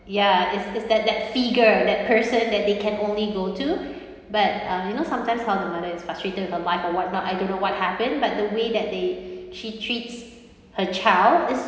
ya is is that that figure that person that they can only go to but um you know sometimes how the mother is frustrated with her life or what not I don't know what happened but the way that they she treats her child is